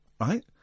right